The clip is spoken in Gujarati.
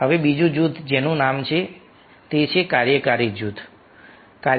હવે બીજું જૂથ જેનું નામ છે તે કાર્યકારી જૂથ કહેવાય છે